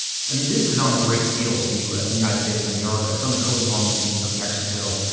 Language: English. i mean, this is on the great seal of the you know united states of america. it's on the coat of arms of mexico.